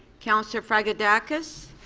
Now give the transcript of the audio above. councillor fragedakis?